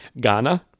ghana